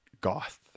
goth